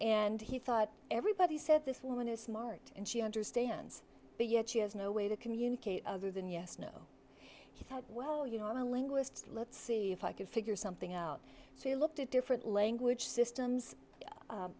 and he thought everybody said this woman is smart and she understands but yet she has no way to communicate other than yes no he said well you know i'm a linguist let's see if i could figure something out so i looked at different language systems